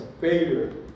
failure